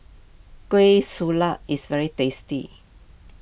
Kueh is very tasty